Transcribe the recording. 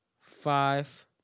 five